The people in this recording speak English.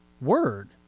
word